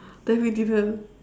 then we didn't